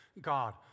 God